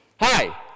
hi